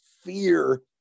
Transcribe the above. fear